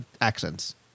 accents